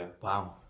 Wow